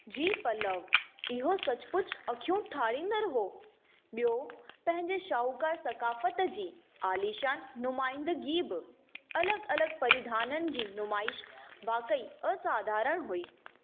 जी पल्लव इहो सचुपचि अखियूं ठारींदड़ु हो ॿियो पंंहिंजे शाहूकारु सकाफ़त जी आलीशानु नुमाईंदिगी बि अलॻि अलॻि परिधाननि जी नुमाइशि वाकई असाधारणु हुई